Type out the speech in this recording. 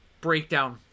breakdown